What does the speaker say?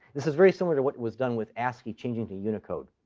this is very similar to what was done with ascii changing to unicode.